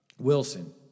Wilson